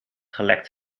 gelekt